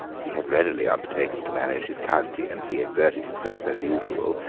he had readily undertaken to manage his county and he exerted himself, as usual,